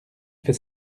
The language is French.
fait